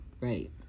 Right